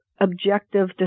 objective